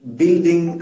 building